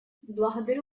благодарю